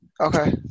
okay